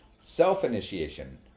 self-initiation